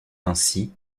ainsi